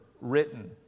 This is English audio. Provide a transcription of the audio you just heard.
written